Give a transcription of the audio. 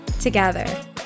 together